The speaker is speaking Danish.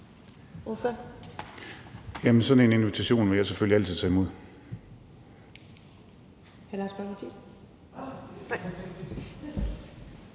sådan en invitation vil jeg selvfølgelig altid tage imod.